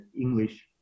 english